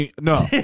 No